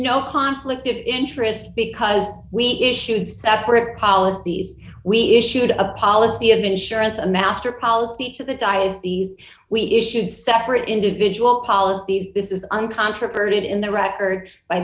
no conflict of interest because we issued separate policies we issued a policy of insurance a master policy to the diocese we issued separate individual policies this is uncontroverted in their records by